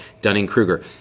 Dunning-Kruger